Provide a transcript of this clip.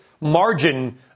margin